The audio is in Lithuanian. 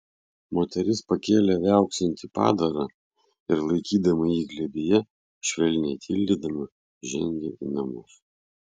moteris pakėlė viauksintį padarą ir laikydama jį glėbyje švelniai tildydama žengė į namus